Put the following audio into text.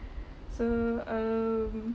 so um